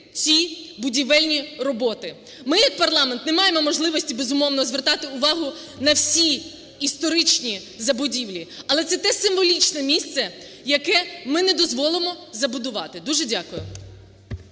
ці будівельні роботи. Ми як парламент не маємо можливості, безумовно, звертати увагу на всі історичні забудівлі. Але це те символічне місце, яке ми не дозволимо забудувати. Дуже дякую.